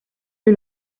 est